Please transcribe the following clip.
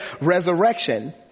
resurrection